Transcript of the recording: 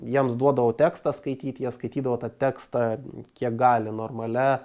jiems duodavau tekstą skaityt jie skaitydavo tą tekstą kiek gali normalia